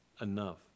enough